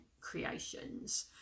creations